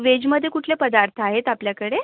व्हेजमध्ये कुठले पदार्थ आहेत आपल्याकडे